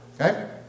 Okay